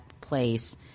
place